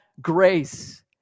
grace